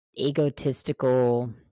egotistical